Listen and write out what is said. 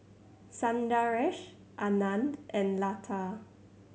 Sundaresh Anand and Lata